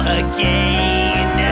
again